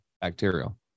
bacterial